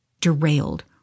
derailed